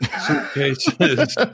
suitcases